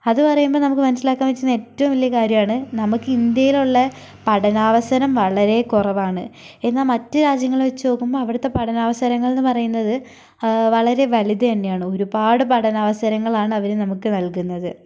അത് പറയുമ്പോൾ നമുക്ക് മനസ്സിലാക്കാൻ പറ്റുന്ന ഏറ്റവും വലിയ കാര്യം ആണ് നമുക്ക് ഇന്ത്യയിലുള്ള പഠനാവസരം വളരെ കുറവാണ് എന്നാൽ മറ്റ് രാജ്യങ്ങളെ വച്ച് നോക്കുമ്പോൾ അവിടുത്തെ പഠനാവസരങ്ങൾ എന്ന് പറയുന്നത് വളരെ വലുത് തന്നെയാണ് ഒരുപാട് പഠനാവസരങ്ങൾ ആണ് അവർ നമുക്ക് നല്കുന്നത്